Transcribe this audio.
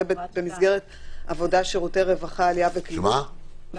זה במסגרת עבודה, שירותי רווחה, עלייה וקליטה.